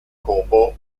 corbeau